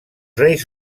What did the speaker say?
reis